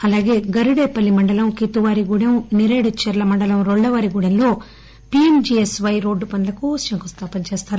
అలాగే గరిడేపల్లి మండలం కితువారి గూడెం నెరేడుచర్ల మండలం రొళ్లవారి గూడెం లో పీఎంజీఎస్స్వై రోడ్డు పనులకు శంకుస్థాపన చేస్తారు